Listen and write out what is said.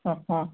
ಹಾಂ ಹಾಂ